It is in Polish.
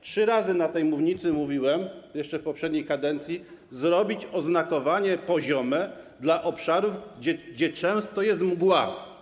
Trzy razy na tej mównicy mówiłem, jeszcze w poprzedniej kadencji: zrobić oznakowanie poziome na obszarach, gdzie często jest mgła.